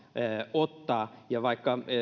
ottaa ja vaikka